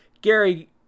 gary